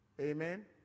Amen